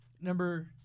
Number